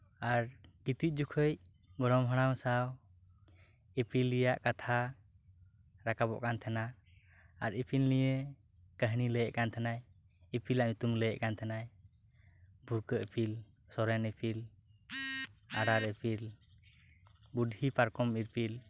ᱟᱨ ᱜᱤᱛᱤᱡ ᱡᱚᱠᱷᱮᱡ ᱜᱚᱲᱚᱢ ᱦᱟᱲᱟᱢ ᱥᱟᱶ ᱤᱯᱤᱞ ᱨᱮᱭᱟᱜ ᱠᱟᱛᱷᱟ ᱨᱟᱠᱟᱵᱚᱜ ᱠᱟᱱ ᱛᱟᱦᱮᱱᱟ ᱟᱨ ᱤᱯᱤᱞ ᱱᱤᱭᱮ ᱠᱟᱹᱦᱤᱱᱤᱭ ᱞᱟᱹᱭᱮᱫ ᱠᱟᱱ ᱛᱟᱦᱮᱱᱟᱭ ᱤᱯᱤᱞ ᱟᱜ ᱧᱩᱛᱩᱢ ᱮ ᱞᱟᱹᱭᱮᱫ ᱠᱟᱱ ᱛᱟᱦᱮᱱᱟᱭ ᱵᱷᱩᱨᱠᱟᱹ ᱤᱯᱤᱞ ᱥᱚᱨᱮᱱ ᱤᱯᱤᱞ ᱟᱨᱟᱬ ᱤᱯᱤᱞ ᱵᱩᱰᱷᱤ ᱯᱟᱨᱠᱚᱢ ᱤᱯᱤᱞ